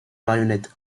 marionnettes